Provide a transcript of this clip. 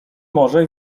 może